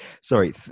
sorry